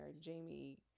Jamie